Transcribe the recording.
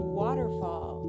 waterfall